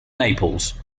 naples